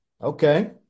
Okay